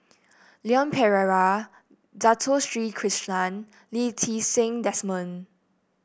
Leon Perera Dato Sri Krishna Lee Ti Seng Desmond